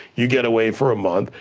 you get away for a month,